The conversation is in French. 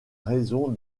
raison